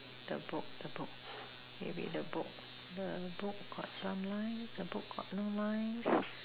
the book the book maybe the book the book got some lines the book got no lines